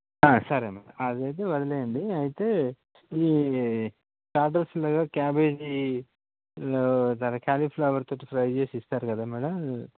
సరే మేడమ్ అదైతే వదిలేయండి అయితే ఈ స్టార్టర్స్లో క్యాబెజీలో క్యాలిఫ్లవర్తోటి ఫ్రై చేసి ఇస్తారు కదా మేడమ్